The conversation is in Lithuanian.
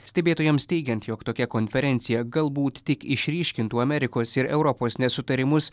stebėtojams teigiant jog tokia konferencija galbūt tik išryškintų amerikos ir europos nesutarimus